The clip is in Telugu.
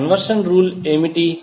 ఆ కన్వర్షన్ రూల్ ఏమిటి